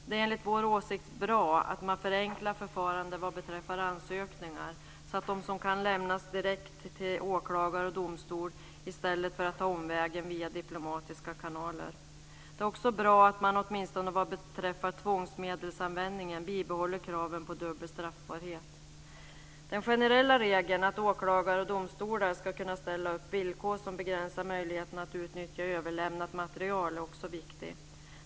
Det är enligt vår åsikt bra att man förenklar förfarandet vad beträffar ansökningar så att de kan lämnas direkt till åklagare och domstol i stället för att ta omvägen via diplomatiska kanaler. Det är också bra att man åtminstone vad beträffar tvångsmedelsanvändningen bibehåller kraven på dubbel straffbarhet. Den generella regeln att åklagare och domstolar ska kunna ställa upp villkor som begränsar möjligheten att utnyttja överlämnat material är också viktig.